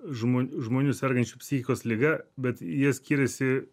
žmo žmonių sergančių psichikos liga bet jie skiriasi